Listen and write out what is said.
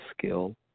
skill